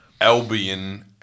Albion